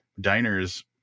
diners